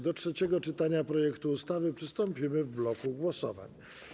Do trzeciego czytania projektu ustawy przystąpimy w bloku głosowań.